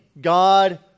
God